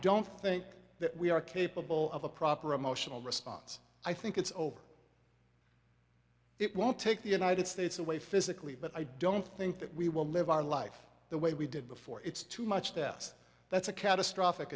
don't think that we are capable of a proper emotional response i think it's over it won't take the united states away physically but i don't think that we will live our life the way we did before it's too much death that's a catastrophic